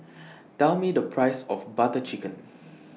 Tell Me The Price of Butter Chicken